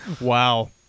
Wow